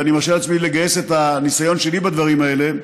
ואני מרשה לעצמי לגייס את הניסיון שלי בדברים האלה,